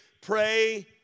pray